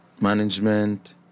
management